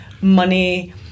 money